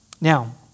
Now